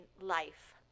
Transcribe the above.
life